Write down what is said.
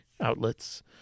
outlets